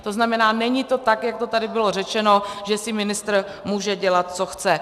To znamená, není to tak, jak to tady bylo řečeno, že si ministr může dělat, co chce.